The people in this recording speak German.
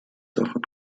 davon